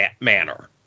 manner